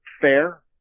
fair